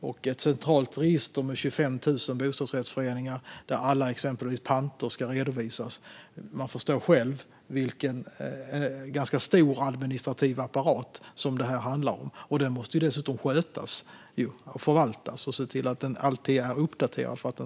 Man förstår själv att ett centralt register med 25 000 bostadsrättsföreningar, där exempelvis alla panter ska redovisas, är en ganska stor administrativ apparat som det handlar om. Det måste dessutom skötas, förvaltas och alltid vara uppdaterat för att